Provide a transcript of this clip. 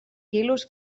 quilos